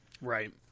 Right